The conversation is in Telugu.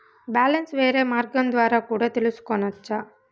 బ్యాలెన్స్ వేరే మార్గం ద్వారా కూడా తెలుసుకొనొచ్చా?